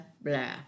blah